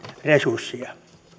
resursseja